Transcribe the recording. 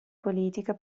politica